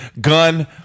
gun